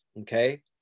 okay